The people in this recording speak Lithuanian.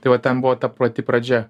tai va ten buvo ta pati pradžia